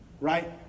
right